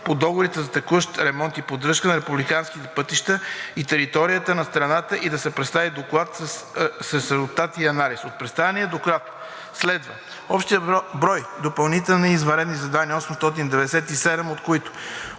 по договорите за текущ ремонт и поддръжка на републикански пътища и територията на страната и да се представи доклад с резултат и анализ. От представения доклад следва: общият брой допълнителни извънредни задания – 897, от които